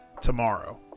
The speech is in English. tomorrow